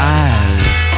eyes